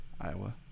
Iowa